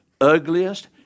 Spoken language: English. ugliest